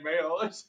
mail